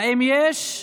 האם יש?